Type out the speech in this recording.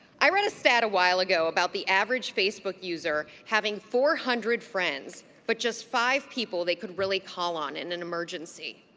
i read a stat a while ago about the average facebook user having four hundred friends but just five people they could really call on in an emergency.